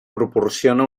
proporciona